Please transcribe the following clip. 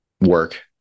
work